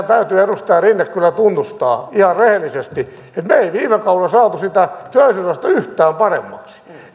täytyy edustaja rinne kyllä tunnustaa ihan rehellisesti että me emme viime kaudella saaneet siitä työllisyysastetta yhtään paremmaksi ja minkä takia